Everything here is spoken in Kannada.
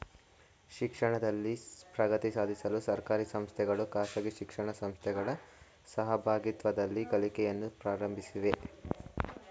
ಶಿಕ್ಷಣದಲ್ಲಿ ಪ್ರಗತಿ ಸಾಧಿಸಲು ಸರ್ಕಾರಿ ಸಂಸ್ಥೆಗಳು ಖಾಸಗಿ ಶಿಕ್ಷಣ ಸಂಸ್ಥೆಗಳ ಸಹಭಾಗಿತ್ವದಲ್ಲಿ ಕಲಿಕೆಯನ್ನು ಪ್ರಾರಂಭಿಸಿವೆ